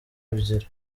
ebyiri